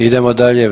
Idemo dalje.